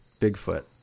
Bigfoot